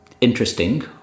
interesting